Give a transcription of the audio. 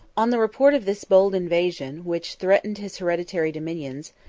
on the report of this bold invasion, which threatened his hereditary dominions,